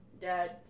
Dad